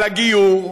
על הגיור,